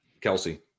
Kelsey